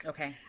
Okay